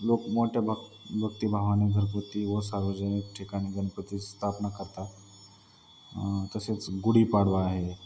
लोक मोठ्या भक् भक्तीभावाने घरगुती व सार्वजनिक ठिकाणी गणपती स्थापना करतात तसेच गुढीपाडवा आहे